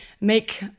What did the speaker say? make